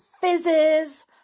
fizzes